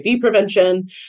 prevention